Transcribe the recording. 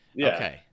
Okay